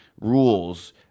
rules